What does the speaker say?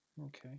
Okay